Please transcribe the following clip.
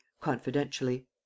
confidentially